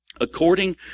According